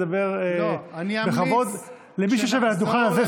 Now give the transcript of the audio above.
אפשר לדבר בכבוד למי שיושב על הדוכן הזה.